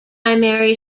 primary